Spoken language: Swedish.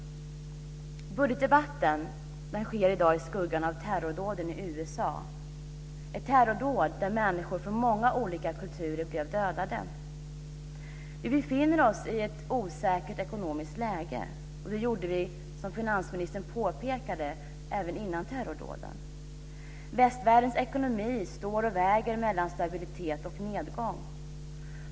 Budgetdebatten sker i dag i skuggan av terrordåden i USA - ett terrordåd där människor från många olika kulturer blev dödade. Vi befinner oss i ett osäkert ekonomiskt läge, och det gjorde vi, som finansministern påpekade, även innan terrordåden. Västvärldens ekonomi står och väger mellan stabilitet och nedgång.